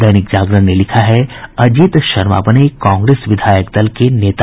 दैनिक जागरण ने लिखा है अजित शर्मा बने कांग्रेस विधायक दल के नेता